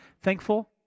thankful